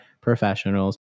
Professionals